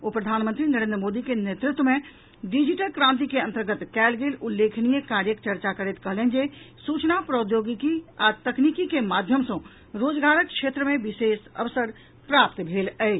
ओ प्रधानमंत्री नरेन्द्र मोदी के नेतृत्व मे डिजिटल क्रांति के अन्तर्गत कयल गेल उल्लेखनीय कार्यक चर्चा करैत कहलनि जे सूचना प्रौद्योगिकी आ तकनीकी के माध्यम सँ रोजगारक क्षेत्र मे विशेष अवसर प्राप्त भेल अछि